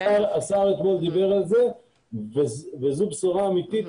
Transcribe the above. השר אתמול דיבר על זה וזו בשורה אמיתית,